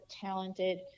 talented